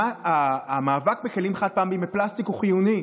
המאבק בכלים חד-פעמיים מפלסטיק הוא חיוני.